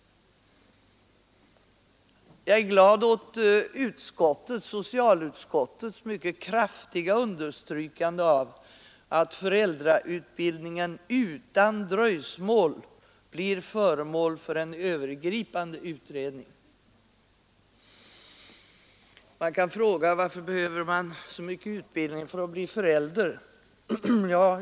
Jag är glad åt socialutskottets mycket kraftiga understrykande av att föräldrautbildningen utan dröjsmål skall bli föremål för en övergripande utredning. Man kan fråga sig varför det skulle behövas så mycket utbildning för att vara förälder.